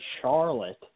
Charlotte